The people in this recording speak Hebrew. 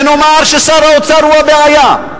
ונאמר ששר האוצר הוא הבעיה,